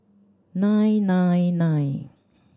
nine nine nine